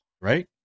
Right